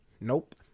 Nope